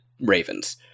Ravens